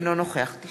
אינו נוכח יש